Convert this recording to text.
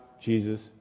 Jesus